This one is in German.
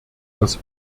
das